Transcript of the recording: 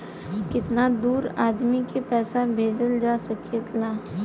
कितना दूर आदमी के पैसा भेजल जा सकला?